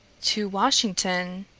to washington?